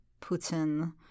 Putin